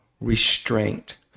restraint